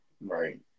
right